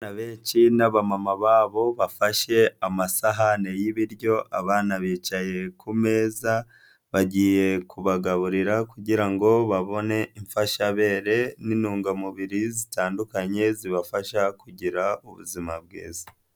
Abenshi n'abamama babo bafashe amasahani y'ibiryo, abana bicaye kumeza bagiye kubagaburira kugira ngo babone imfashabere n'intungamubiri zitandukanye zibafasha kugira ubuzima bwiza.